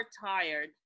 tired